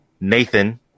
Nathan